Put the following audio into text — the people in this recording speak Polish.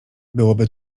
byłoby